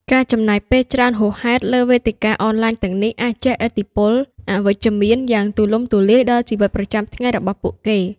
ការចំណាយពេលច្រើនហួសហេតុលើវេទិកាអនឡាញទាំងនេះអាចជះឥទ្ធិពលអវិជ្ជមានយ៉ាងទូលំទូលាយដល់ជីវិតប្រចាំថ្ងៃរបស់ពួកគេ។